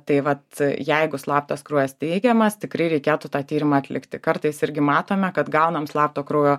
tai vat jeigu slaptas kraujas teigiamas tikrai reikėtų tą tyrimą atlikti kartais irgi matome kad gaunam slapto kraujo